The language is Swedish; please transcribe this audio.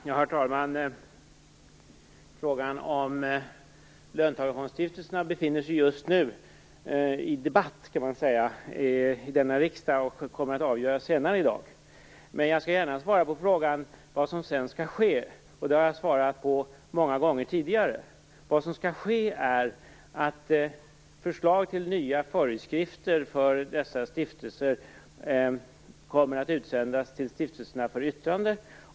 Herr talman! Man kan säga att frågan om löntagarfondsstiftelserna just nu befinner sig i debatt i denna riksdag. Den kommer att avgöras senare i dag. Men jag skall gärna svara på frågan vad som sedan skall ske. Jag har svarat på den många gånger tidigare. Vad som skall ske är att förslag till nya föreskrifter för dessa stiftelser kommer att utsändas till stiftelserna för yttrande.